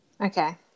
okay